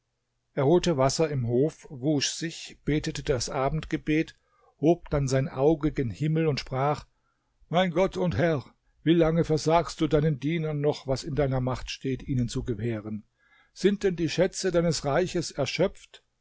er holte wasser im hof wusch sich betete das abendgebet hob dann sein auge gen himmel und sprach mein gott und herr wie lange versagst du deinen dienern noch was in deiner macht steht ihnen zu gewähren sind denn die schätze deines reiches erschöpft